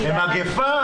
זה מגפה,